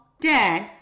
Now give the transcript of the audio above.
Dad